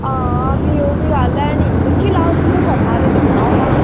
हां भी ओह् बी गल्ल है निं दिक्खी लैओ तुस करना ते भी सनाओ हां